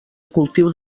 cultius